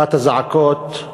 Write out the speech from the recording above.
אחת הזעקות,